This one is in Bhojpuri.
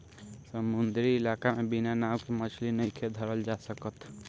समुंद्री इलाका में बिना नाव के मछली नइखे धरल जा सकत